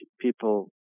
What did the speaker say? people